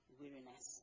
weariness